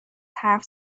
حرف